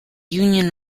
union